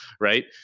right